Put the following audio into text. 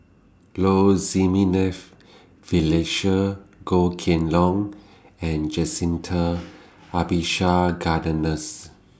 Low Jimenez Felicia Goh Kheng Long and Jacintha